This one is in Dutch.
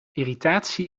irritatie